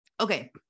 Okay